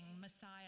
Messiah